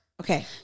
Okay